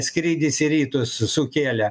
skrydis į rytus sukėlė